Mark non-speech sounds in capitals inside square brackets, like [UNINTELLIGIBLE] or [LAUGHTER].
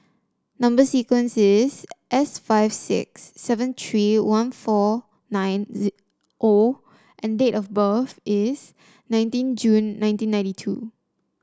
number sequence is S five six seven three one four nine [UNINTELLIGIBLE] O and date of birth is nineteen June nineteen ninety two